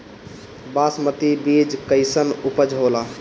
बासमती बीज कईसन उपज होला?